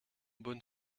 bonne